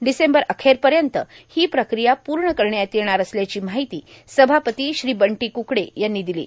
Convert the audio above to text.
डिसबर अखेरपयत हों प्रक्रिया पूण करण्यात येणार असल्याची मार्गाहती सभापती बंटो क्कडे यांनी दिलो